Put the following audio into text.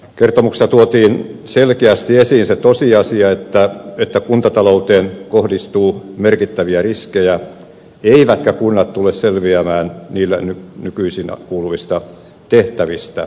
kertomuksessa tuotiin selkeästi esiin se tosiasia että kuntatalouteen kohdistuu merkittäviä riskejä eivätkä kunnat tule selviämään niille nykyisin kuuluvista tehtävistä